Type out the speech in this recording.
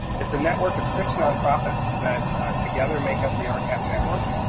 it's a network of six nonprofits that together make up the ah rcap network.